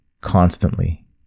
constantly